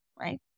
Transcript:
right